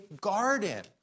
garden